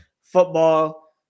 Football